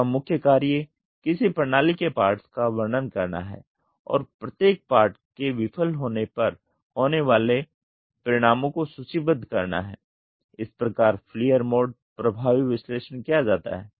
इसका मुख्य कार्य किसी प्रणाली के पार्ट्स का वर्णन करना है और प्रत्येक पार्ट के विफल होने पर होने वाले परिणामों को सूचीबद्ध करना है इस प्रकार फैलियर मोड प्रभावी विश्लेषण किया जाता है